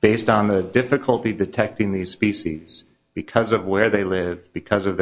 based on the difficulty detecting these species because of where they live because of